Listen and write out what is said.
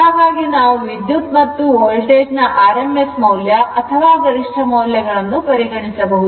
ಹಾಗಾಗಿ ನಾವು ವಿದ್ಯುತ್ ಮತ್ತು ವೋಲ್ಟೇಜ್ ನ rms ಮೌಲ್ಯ ಅಥವಾ ಗರಿಷ್ಠ ಮೌಲ್ಯಗಳನ್ನು ಪರಿಗಣಿಸಬಹುದು